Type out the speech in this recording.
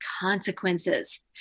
consequences